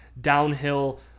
downhill